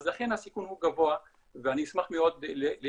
אז לכן הסיכון הוא גבוה ואני אשמח מאוד להשתתף